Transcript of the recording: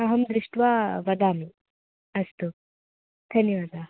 अहं दृष्ट्वा वदामि अस्तु धन्यवादाः